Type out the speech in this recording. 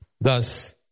Thus